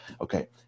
Okay